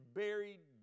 buried